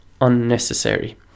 unnecessary